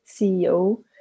CEO